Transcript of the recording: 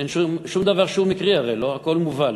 הרי אין שום דבר שהוא מקרי, הכול מובל,